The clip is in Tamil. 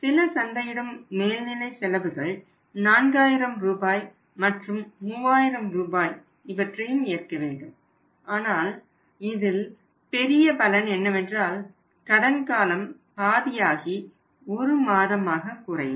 சில சந்தையிடும் மேல்நிலை செலவுகள் 4000 ரூபாய் மற்றும் 3000 ரூபாய் இவற்றையும் ஏற்க வேண்டும் ஆனால் இதில் பெரிய பலன் என்னவென்றால் கடன் காலம் பாதியாகி 1 மாதமாக குறையும்